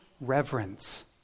reverence